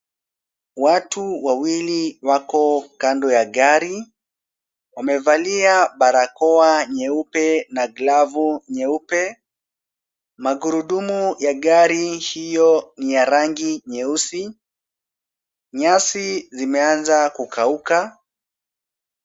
Watu wawili wako kando ya gari. Wamevalia barakoa nyeupe na glavu nyeupe. Magurudumu ya gari hiyo ni ya rangi nyeusi. Nyasi zimeanza kukauka.